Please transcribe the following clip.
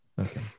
Okay